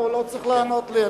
הוא לא צריך לענות לי.